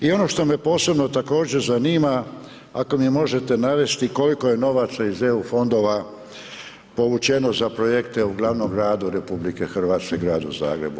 I ono što me posebno također zanima ako mi možete navesti koliko je novaca iz EU fondova povučeno za projekte u glavnom gradu RH, Gradu Zagrebu?